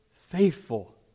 faithful